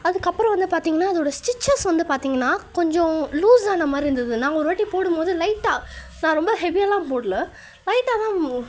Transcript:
அதுக்கப்புறம் வந்து பார்த்தீங்கன்னா அதோடய ஸ்டிச்சஸ் வந்து பார்த்தீங்கன்னா கொஞ்சம் லூசான மாதிரி இருந்தது நாங்கள் ஒரு வாட்டி போடும்போது லைட்டாக நான் ரொம்ப ஹெவியாயெல்லாம் போடல லைட்டாகதான்